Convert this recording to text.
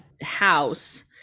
house